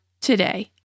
today